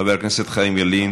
חבר הכנסת חיים ילין,